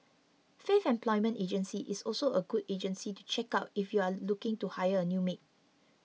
Faith Employment Agency is also a good agency to check out if you are looking to hire a new maid